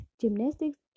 gymnastics